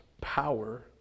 power